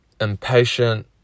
impatient